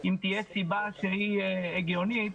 אם תהיה סיבה שהיא הגיונית,